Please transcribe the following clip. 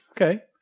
okay